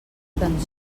tan